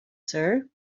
sir